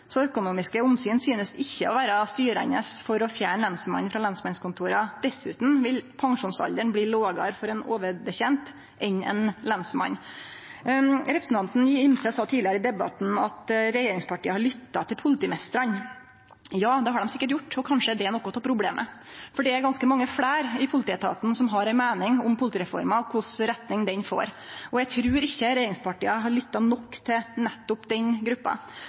så økonomiske omsyn synest ikkje å vere styrande for å fjerne lensmannen frå lensmannskontora. Dessutan vil pensjonsalderen bli lågare for ein overbetjent enn for ein lensmann. Representanten Angell Gimse sa tidlegare i debatten at regjeringspartia har lytta til politimeistrane. Ja, det har dei sikkert gjort, og kanskje er det noko av problemet, for det er ganske mange fleire i politietaten som har ei meining om politireforma og kva slags retning ho får, og eg trur ikkje regjeringspartia har lytta nok til nettopp den gruppa.